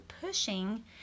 pushing